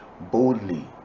boldly